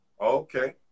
Okay